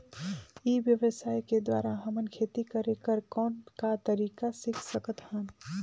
ई व्यवसाय के द्वारा हमन खेती करे कर कौन का तरीका सीख सकत हन?